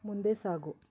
ಮುಂದೆ ಸಾಗು